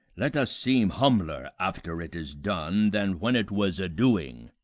let us seem humbler after it is done than when it was a-doing.